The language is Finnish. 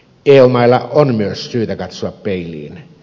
eu mailla on myös syytä katsoa peiliin